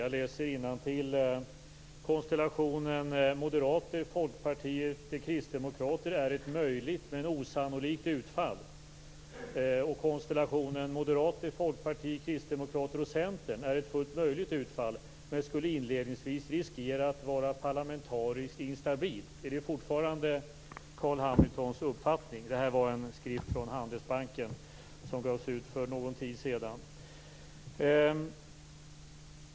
Jag läser innantill: Konstellationen moderater, folkpartister och kristdemokrater är ett möjligt men osannolikt utfall. Konstellationen moderater, folkpartister, kristdemokrater och centerpartister är ett fullt möjligt utfall men skulle inledningsvis riskera att vara parlamentariskt instabilt. Är det forfarande Carl B Hamiltons uppfattning? Det här var en skrift från Handelsbanken, som gavs ut för någon tid sedan.